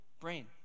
brain